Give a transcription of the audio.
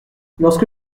lorsque